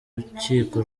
rukiko